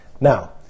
Now